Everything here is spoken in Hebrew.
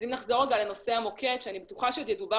אז אם נחזור רגע לנושא המוקד שאני בטוחה שעוד ידובר